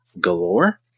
galore